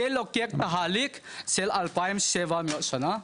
זה לוקח תהליך של 2,000 שנים,